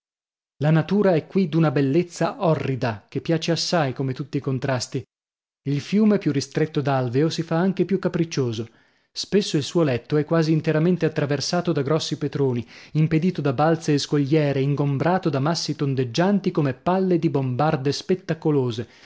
la natura è qui d'una bellezza orrida che piace assai come tutti i contrasti il fiume più ristretto d'alveo si fa anche più capriccioso spesso il suo letto è quasi interamente attraversato da grossi petroni impedito da balze e scogliere ingombrato da massi tondeggianti come palle di bombarde spettacolose